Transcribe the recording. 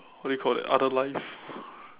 what do you call that other life